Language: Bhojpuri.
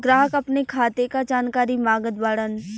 ग्राहक अपने खाते का जानकारी मागत बाणन?